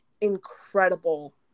incredible